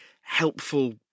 helpful